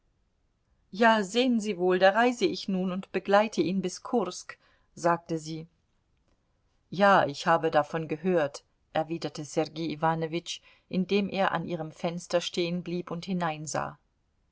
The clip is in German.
ja sehen sie wohl da reise ich nun und begleite ihn bis kursk sagte sie ja ich habe davon gehört erwiderte sergei iwanowitsch indem er an ihrem fenster stehenblieb und hineinsah